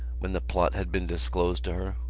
when the plot had been disclosed to her,